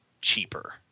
cheaper